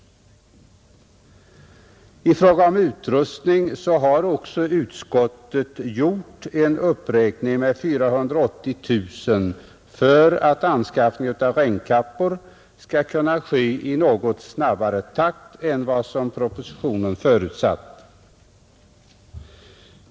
I fråga om utrustning har också utskottet gjort en uppräkning med 480 000 kronor för att anskaffning av regnkappor skall kunna ske i något snabbare takt än vad propositionen förutsatt.